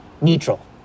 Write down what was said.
neutral